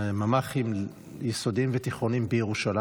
ממ"חים יסודיים ותיכוניים בירושלים.